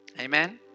Amen